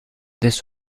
this